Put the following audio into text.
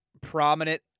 prominent